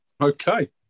Okay